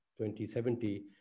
2070